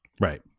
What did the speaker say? Right